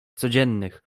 codziennych